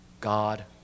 God